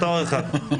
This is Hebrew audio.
תואר אחד.